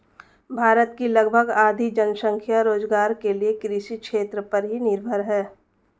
भारत की लगभग आधी जनसंख्या रोज़गार के लिये कृषि क्षेत्र पर ही निर्भर है